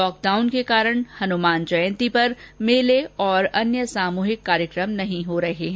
lockdown के कारण हनुमान जयंती पर मेले और अन्य सामूहिक कार्यक्रम नहीं हो रहे हैं